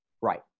Right